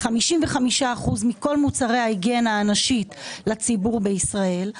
55% מכל מוצרי ההיגיינה הנשית לציבור בישראל,